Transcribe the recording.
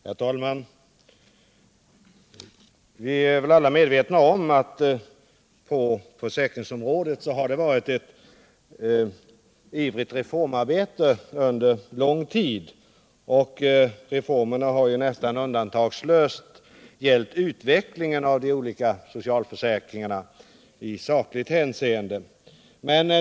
Herr talman! Som vi alla vet har socialförsäkringsområdet varit ett fält för ivrigt reformarbete under lång tid. Reformerna har nästan undantagslöst gällt utvecklingen av de olika socialförsäkringarna i sakligt hänseende.